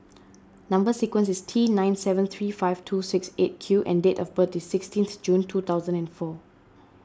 Number Sequence is T nine seven three five two six eight Q and date of birth is sixteenth June two thousand and four